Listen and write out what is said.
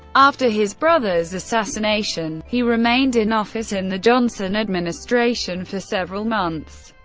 after his brother's assassination, he remained in office in the johnson administration for several months.